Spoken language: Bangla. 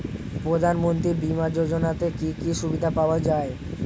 প্রধানমন্ত্রী বিমা যোজনাতে কি কি সুবিধা পাওয়া যায়?